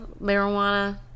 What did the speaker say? marijuana